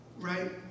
Right